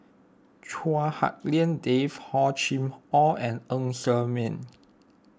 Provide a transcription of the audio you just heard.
Chua Hak Lien Dave Hor Chim or and Ng Ser Miang